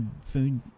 food